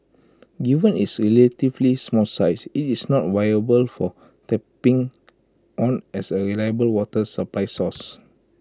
given its relatively small size IT is not viable for tapping on as A reliable water supply source